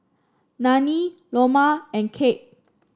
Nanie Loma and Cap